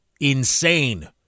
insane